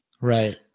Right